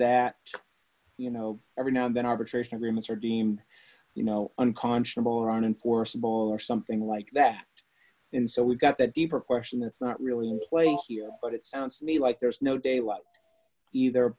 that you know every now and then arbitration agreements are deemed you know unconscionable or an enforceable or something like that and so we've got the deeper question that's not really in place here but it sounds to me like there's no de la either